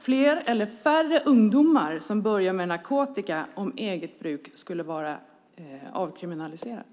fler eller att det blir färre ungdomar som börjar med narkotika om narkotika för eget bruk avkriminaliseras?